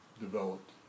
developed